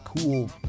cool